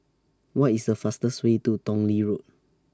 What IS The fastest Way to Tong Lee Road